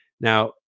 Now